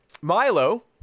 Milo